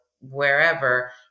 wherever